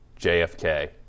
JFK